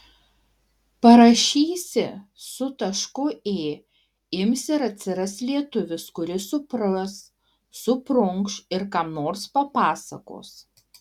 parašysi su tašku ė ims ir atsiras lietuvis kuris supras suprunkš ir kam nors papasakos